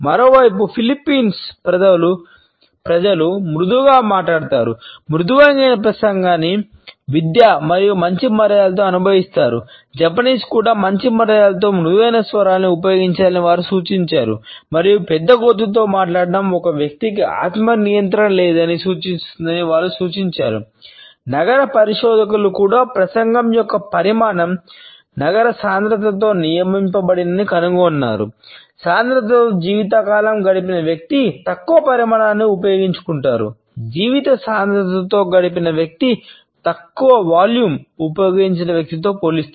మరోవైపు ఫిలిప్పీన్స్ ఉపయోగించిన వ్యక్తితో పోలిస్తే